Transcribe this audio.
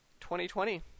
2020